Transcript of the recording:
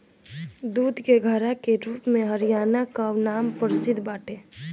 दूध के घड़ा के रूप में हरियाणा कअ नाम प्रसिद्ध बाटे